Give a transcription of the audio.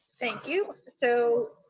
thank you. so,